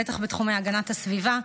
בטח בתחומי הגנת הסביבה.